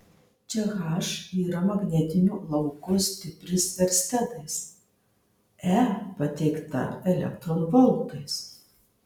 čia h yra magnetinio lauko stipris erstedais e pateikta elektronvoltais